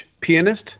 pianist